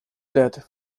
death